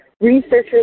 Researchers